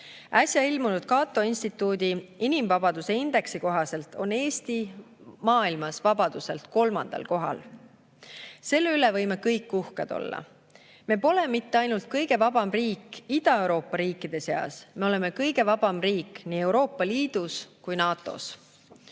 Äsja ilmunud Cato Instituudi inimvabaduse indeksi kohaselt on Eesti maailmas vabaduselt kolmandal kohal. Selle üle võime kõik uhked olla. Me pole mitte ainult kõige vabam riik Ida-Euroopa riikide seas. Me oleme kõige vabam riik nii Euroopa Liidus kui NATO-s.